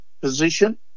position